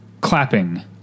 clapping